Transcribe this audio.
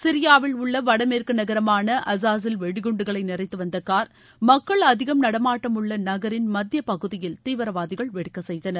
சிரியாவில் உள்ள வடமேற்கு நகரமான அஸாஸில் வெடிகுண்டுகளை நிறைத்துவந்த கார் மக்கள் அழிகம் நடமாட்டமுள்ள நகரின் மத்திய பகுதியில் தீவிரவாதிகள் வெடிக்கச் செய்தனர்